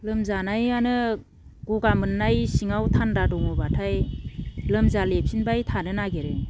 लोमजानायानो गगा मोननाय सिङाव थान्दा दङब्लाथाय लोमजालेफिनबाय थानो नागेरो